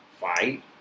fight